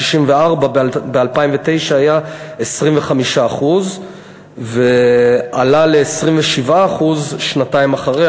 ב-2009 הייתה 25% ועלתה ל-27% שנתיים אחרי,